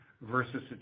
versus